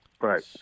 Right